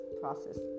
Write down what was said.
process